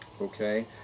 okay